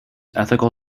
ethical